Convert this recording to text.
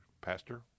Pastor